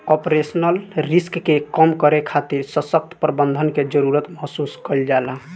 operational risk के कम करे खातिर ससक्त प्रबंधन के जरुरत महसूस कईल जाला